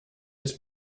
dies